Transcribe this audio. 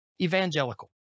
Evangelical